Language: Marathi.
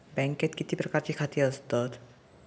बँकेत किती प्रकारची खाती असतत?